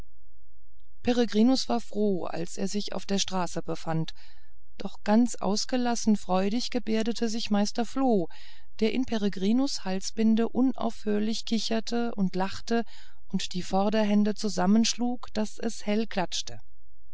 war froh als er sich auf der straße befand doch ganz ausgelassen freudig gebärdete sich meister floh der in peregrinus halsbinde unaufhörlich kicherte und lachte und die vorderhände zusammenschlug daß es hell klatschte